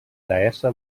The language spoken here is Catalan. deessa